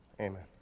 amen